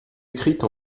écrite